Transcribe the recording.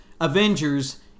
Avengers